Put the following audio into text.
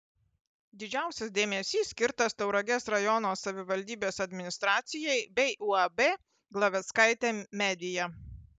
didžiausias dėmesys skirtas tauragės rajono savivaldybės administracijai bei uab glaveckaitė media